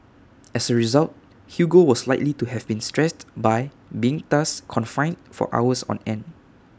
as A result Hugo was likely to have been stressed by being thus confined for hours on end